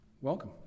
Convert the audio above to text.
welcome